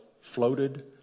floated